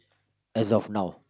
as of now